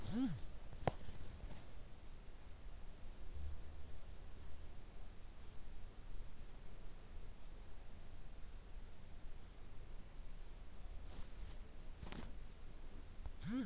ಜೇನುಹುಳು ಜೇನುನೊಣ ಕ್ಲಾಡ್ನ ಅಪಿಸ್ ಕುಲದ ಸಾಮಾಜಿಕ ಹಾರುವ ಕೀಟವಾಗಿದೆ